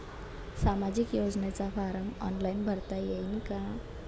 सामाजिक योजनेचा form online भरता येईन का?